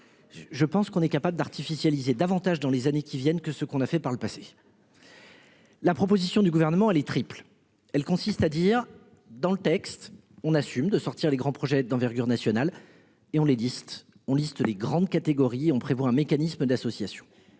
Je pense qu'on est capable d'artificialiser davantage dans les années qui viennent que ce qu'on a fait par le passé. La proposition du gouvernement les triple. Elle consiste à dire dans le texte on assume de sortir les grands projets d'envergure nationale et on les disques on liste les grandes catégories, on prévoit un mécanisme d'association